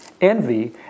envy